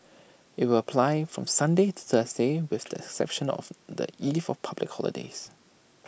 IT will apply from Sunday to Thursday with the exception of the eve of public holidays